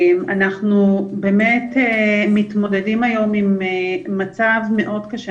אנחנו באמת מתמודדים היום עם מצב מאוד קשה,